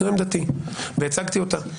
זו עמדתי והצגתי אותה.